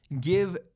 give